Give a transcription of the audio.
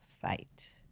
fight